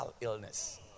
illness